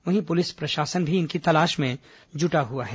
वहीं पुलिस प्रशासन भी इनकी तलाश में जुटा हुआ है